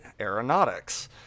Aeronautics